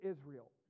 Israel